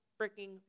freaking